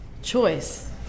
Choice